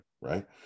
right